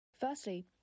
Firstly